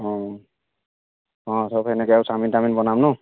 অ অঁ চব এনেকে আৰু চাওমিন তাওমিন বনাম ন